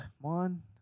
one